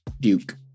Duke